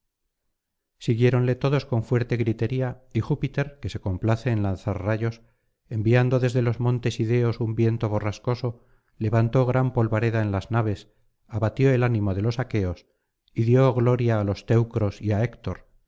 siguiéronle todos con fuerte gritería y júpiter que se complace en lanzar rayos enviando desde los montes ideos un viento borrascoso levantó gran polvareda en las naves abatió el ánimo de los aqueos y dio gloria á los teucros y á héctor